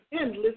endless